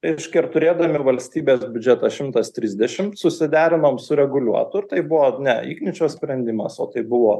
reiškia ir turėdami ir valstybės biudžetą šimtas trisdešimt susiderinom su reguliuotu ir tai buvo ne igničio sprendimas o tai buvo